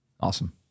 Awesome